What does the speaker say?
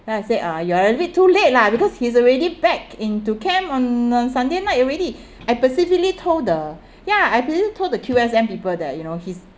then I say uh you are a bit too late lah because he's already back into camp on uh sunday night already I specifically told the ya I specifically told the Q_S_M people that you know he's